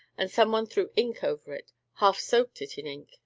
and some one threw ink over it half soaked it in ink,